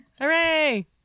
Hooray